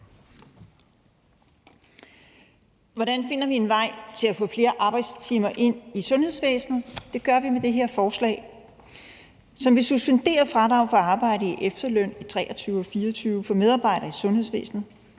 Hvordan finder vi en vej til at få flere arbejdstimer ind i sundhedsvæsenet? Det gør vi med det her forslag. Så vi suspenderer fradraget for arbejde i efterløn i 2023 og 2024 for medarbejdere i sundhedsvæsenet.